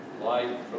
light